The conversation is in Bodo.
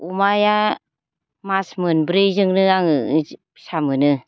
अमाया मास मोनब्रैजोंनो आङो फिसा मोनो